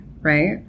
right